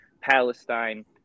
Palestine